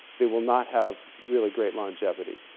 they will not have really great longevity.